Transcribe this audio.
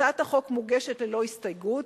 הצעת החוק מוגשת ללא הסתייגות,